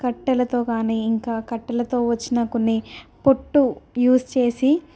కట్టెలతో కానీ ఇంకా కట్టెలతో వచ్చిన కొన్ని పొట్టు యూజ్ చేసి